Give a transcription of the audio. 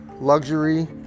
luxury